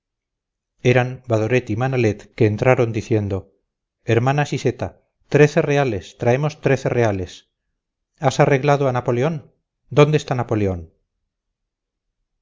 eran badoret y manalet que entraron diciendo hermana siseta trece reales traemos trece reales has arreglado a napoleón dónde está napoleón